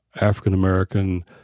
African-American